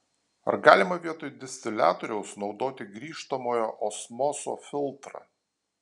ar galima vietoj distiliatoriaus naudoti grįžtamojo osmoso filtrą